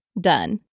Done